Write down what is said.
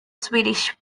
swedish